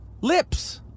lips